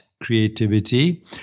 creativity